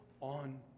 on